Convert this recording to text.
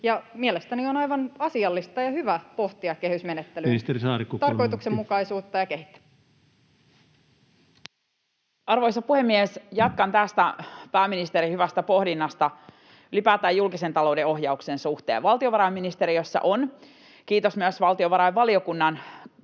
mielestäni on aivan asiallista ja hyvä pohtia kehysmenettelyä, tarkoituksenmukaisuutta ja kehittämistä. Ministeri Saarikko, kolme minuuttia. Arvoisa puhemies! Jatkan tästä pääministerin hyvästä pohdinnasta ylipäätään julkisen talouden ohjauksen suhteen. Valtiovarainministeriössä on, kiitos myös valtiovarainvaliokunnan